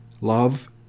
love